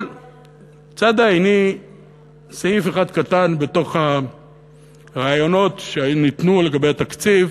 אבל צדה עיני סעיף אחד קטן בתוך הרעיונות שניתנו לגבי התקציב,